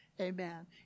Amen